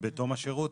בתום השירות.